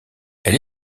elle